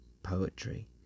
poetry